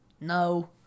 No